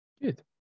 good